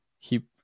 Keep